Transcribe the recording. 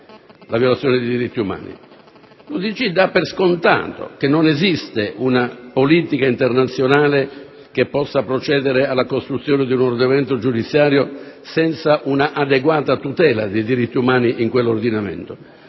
lo erano sistematicamente. L'UDC dà per scontato che non esista una politica internazionale che possa procedere alla costruzione di un ordinamento giudiziario senza un'adeguata tutela dei diritti umani in quell'ordinamento